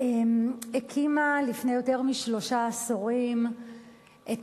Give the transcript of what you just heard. הקימה לפני יותר משלושה עשורים את